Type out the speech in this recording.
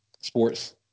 sports